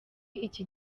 iki